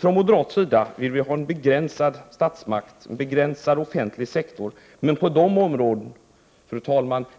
Från moderat sida vill vi ha en begränsad statsmakt, en begränsad offentlig sektor, men på de områden